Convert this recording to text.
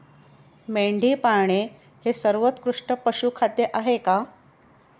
मेंढी पाळणे हे सर्वोत्कृष्ट पशुखाद्य आहे का?